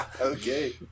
Okay